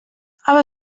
aber